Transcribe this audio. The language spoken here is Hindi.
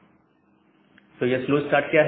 Refer Slide Time 1808 तो यह स्लो स्टार्ट है क्या